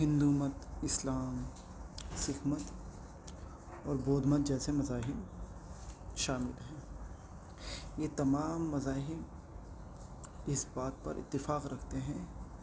ہندو مت اسلام سکھ مت اور بودھ مت جیسے مذاہب شامل ہیں یہ تمام مذاہب اس بات پر اتفاق رکھتے ہیں